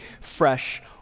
fresh